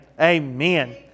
Amen